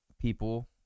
people